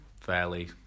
fairly